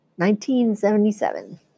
1977